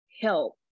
help